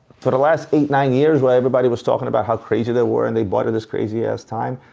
for the last eight, nine years, when everybody was talking about how crazy they were and they bought at this crazy-ass time,